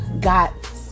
got